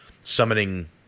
summoning